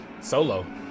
Solo